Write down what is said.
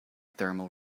thermal